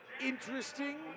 interesting